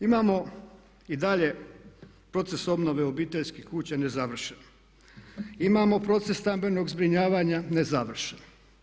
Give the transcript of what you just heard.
Imamo i dalje proces obnove obiteljskih kuća ne završe, imamo proces stambenog zbrinjavanja ne završi.